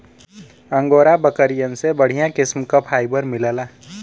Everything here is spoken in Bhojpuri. अंगोरा बकरियन से बढ़िया किस्म क फाइबर मिलला